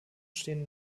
stehen